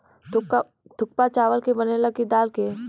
थुक्पा चावल के बनेला की दाल के?